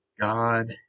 God